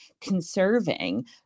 conserving